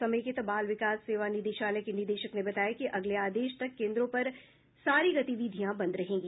समेकित बाल विकास सेवा निदेशालय के निदेशक ने बताया कि अगले आदेश तक केन्द्रों पर सारी गतिविधियां बंद रहेगी